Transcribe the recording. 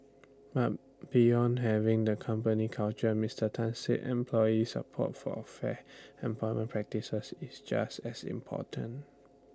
but beyond having the company culture Mister Tan said employee support for fair employment practices is just as important